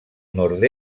nord